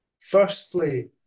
Firstly